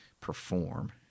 perform